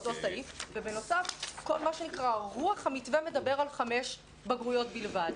ובנוסף מה שנקרא רוח המתווה מדבר על חמש בגרויות בלבד.